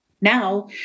Now